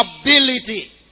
ability